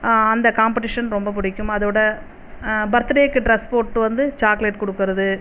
அந்த காம்ப்படிஷன் ரொம்ப பிடிக்கும் அதோட பர்த்டேவுக்கு ட்ரெஸ் போட்டு வந்து சாக்லேட் கொடுக்கிறது